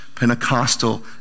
Pentecostal